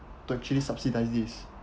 purchase subsidies